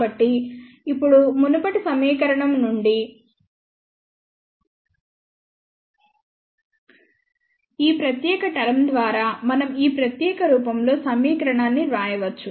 కాబట్టి ఇప్పుడు మునుపటి సమీకరణం నుండి ఈ ప్రత్యేక టర్మ్ ద్వారా మనం ఈ ప్రత్యేక రూపంలో సమీకరణాన్ని వ్రాయవచ్చు